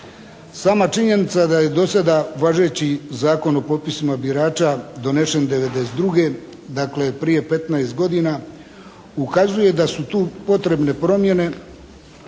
Sama činjenica da je do sada važeći Zakon u popisima birača donesen 1992. dakle prije 15 godina ukazuje da su tu potrebne promjene